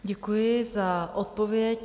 Děkuji za odpověď.